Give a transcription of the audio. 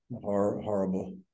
horrible